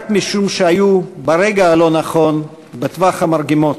רק משום שהיו ברגע הלא-נכון בטווח המרגמות,